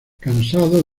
cansado